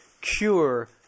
cure